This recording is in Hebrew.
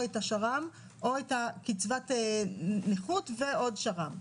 או השר"מ או קצבת נכות ועוד שר"מ.